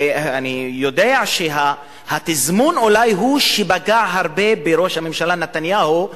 ואני יודע שאולי התזמון הוא שפגע מאוד בראש הממשלה נתניהו,